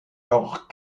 leurs